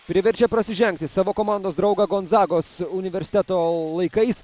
priverčia prasižengti savo komandos draugą gonzagos universiteto laikais